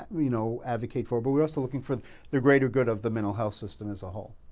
you know advocate for, but we're also looking for the the greater good of the mental health system as a whole.